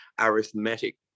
arithmetic